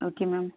okay ma'am